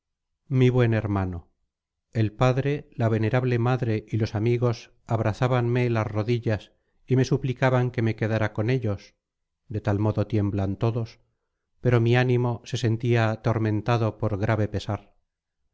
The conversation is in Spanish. mi buen hermano el padre la venerable madre y los amigos abrazábanme las rodillas y me suplicaban que me quedara con ellos de tal modo tiemblan todos pero mi ánimo se sentía atormentado por grave pesar